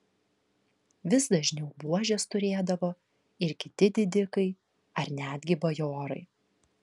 vis dažniau buožes turėdavo ir kiti didikai ar netgi bajorai